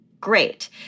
great